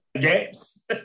games